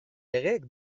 legeek